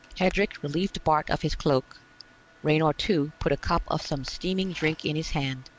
hedrick relieved bart of his cloak raynor two put a cup of some steaming drink in his hand,